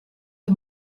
der